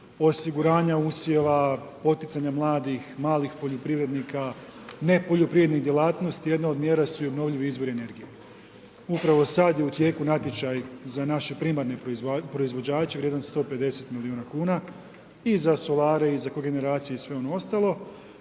osiguranja usjeva, poticanja mladih, malih poljoprivrednika, ne poljoprivrednih djelatnosti, jedna od mjera su i obnovljivi izvori energije. Upravo sad je u tijeku natječaj za naše primarne proizvođače vrijedan 150 milijuna kuna i za solare i za kogeneracije i sve ono ostalo